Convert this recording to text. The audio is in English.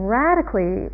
radically